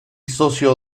socio